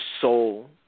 soul